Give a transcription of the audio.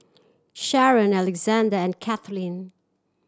Sharen Alexande and Kathleen